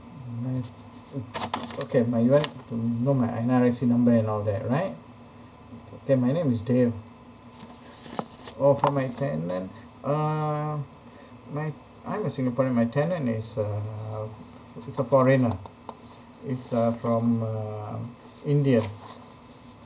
my mm okay my like to know my N_R_I_C number and all that right okay my name is dave oh for my tenant uh my I'm a singaporean my tenant is a he's a foreigner he's uh from uh india